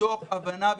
מתוך הבנה ושותפות,